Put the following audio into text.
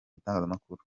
bitangazamakuru